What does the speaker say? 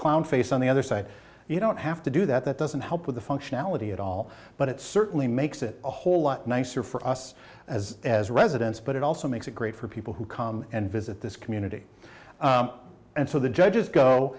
clown face on the other side you don't have to do that that doesn't help with the functionality at all but it certainly makes it a whole lot nicer for us as as residents but it also makes it great for people who come and visit this community and so the judges go